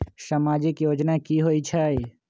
समाजिक योजना की होई छई?